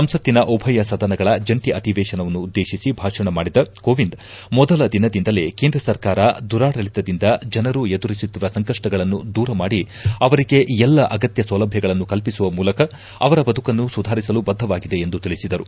ಸಂಸಕ್ತಿನ ಉಭಯ ಸದನಗಳ ಜಂಟಿ ಅಧಿವೇಶನವನ್ನು ಉದ್ದೇಶಿಸಿ ಭಾಷಣ ಮಾಡಿದ ಕೋವಿಂದ್ ಮೊದಲ ದಿನದಿಂದಲೇ ಕೇಂದ್ರ ಸರ್ಕಾರ ದುರಾಡಳಿತದಿಂದ ಜನರು ಎದುರಿಸುತ್ತಿರುವ ಸಂಕಷ್ಷಗಳನ್ನು ದೂರ ಮಾಡಿ ಅವರಿಗೆ ಎಲ್ಲ ಅಗತ್ನ ಸೌಲಭ್ಯಗಳನ್ನು ಕಲ್ಪಿಸುವ ಮೂಲಕ ಅವರ ಬದುಕನ್ನು ಸುಧಾರಿಸಲು ಬದ್ದವಾಗಿದೆ ಎಂದು ತಿಳಿಸಿದರು